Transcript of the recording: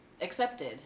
accepted